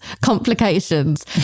complications